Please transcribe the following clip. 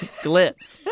Glitzed